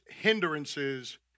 hindrances